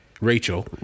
Rachel